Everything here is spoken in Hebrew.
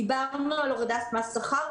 דיברנו על הורדת מס שכר,